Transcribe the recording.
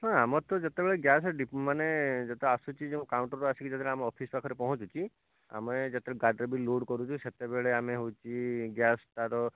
ହଁ ଆମର ତ ଯେତେବେଳେ ଗ୍ୟାସ୍ ମାନେ ଯେତେ ଆସୁଛି ଯେଉଁ କାଉଣ୍ଟର୍ ରୁ ଆସିକି ଯେତେବେଳେ ଆମ ଅଫିସ୍ ପାଖରେ ପହଁଞ୍ଚୁଛି ଆମେ ଯେତେବେଳେ ଗାଡ଼ିରେ ବି ଲୋଡ଼୍ କରୁଛୁ ସେତେବେଳେ ଆମେ ହେଉଛି ଗ୍ୟାସ୍ ତା'ର